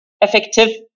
effective